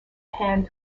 hand